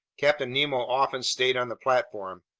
captain nemo often stayed on the platform.